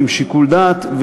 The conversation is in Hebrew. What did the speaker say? עם שיקול דעת,